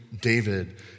David